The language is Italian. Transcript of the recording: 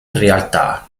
realtà